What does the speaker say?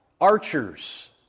archers